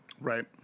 Right